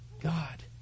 God